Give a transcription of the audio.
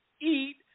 eat